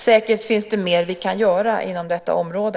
Säkert finns det mer vi kan göra inom detta område.